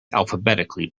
alphabetically